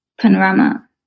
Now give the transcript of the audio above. panorama